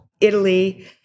Italy